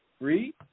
read